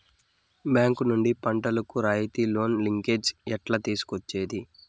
Bank నుండి పంటలు కు రాయితీ లోను, లింకేజస్ ఎట్లా తీసుకొనేది?